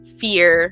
fear